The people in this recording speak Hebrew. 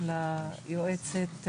ליועצת,